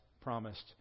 promised